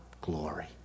glory